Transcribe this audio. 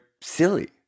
silly